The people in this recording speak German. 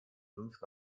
fünf